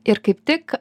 ir kaip tik